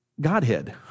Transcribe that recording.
Godhead